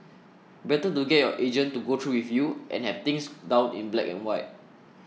better to get your agent to go through with you and have things down in black and white